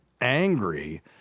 angry